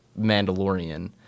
Mandalorian